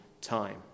time